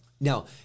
Now